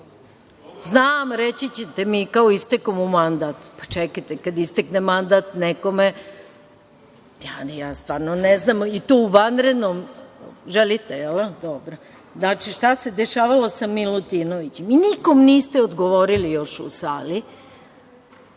Znam, reći ćete mi - kao istekao mu mandat. Čekajte, kada istekne mandat nekome, stvarno ne znam i to u vanrednom …Znači, šta se dešavalo sa Milutinovićem? Nikome niste odgovorili još u sali